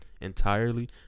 Entirely